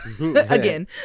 again